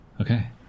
Okay